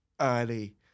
early